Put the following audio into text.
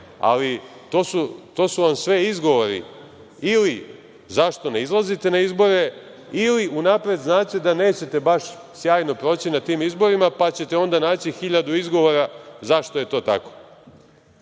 ali to su vam sve izgovori ili zašto ne izlazite na izbore, ili unapred znate da nećete baš sjajno proći na tim izborima, pa ćete onda naći hiljadu izgovora zašto je to